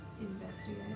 investigate